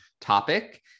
topic